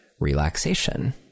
relaxation